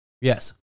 Yes